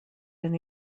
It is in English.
been